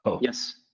yes